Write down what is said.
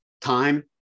time